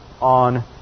on